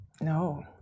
no